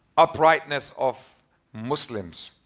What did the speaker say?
uprightness of muslims.